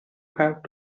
have